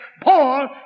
Paul